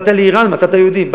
באת לאיראן מצאת יהודים,